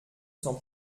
s’en